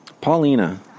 Paulina